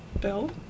Bill